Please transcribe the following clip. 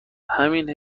همین